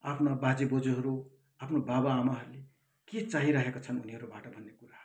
आफ्ना बाजेबोजूहरू आफ्नो बाबाआमाहरूले के चाहिराखेका छन् उनीहरूबाट भन्ने कुरा